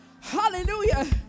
hallelujah